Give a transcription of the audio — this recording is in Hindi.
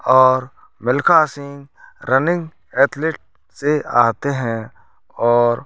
और मिल्खा सिंह रनिंग एथलीट से आते हैं और